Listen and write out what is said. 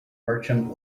merchant